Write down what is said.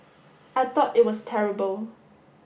I thought it was terrible